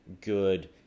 good